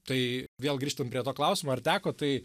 tai vėl grįžtam prie to klausimo ar teko tai